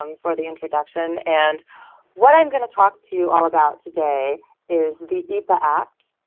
um for the introduction. and what i'm going to talk to you all about today is the eappa act,